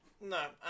No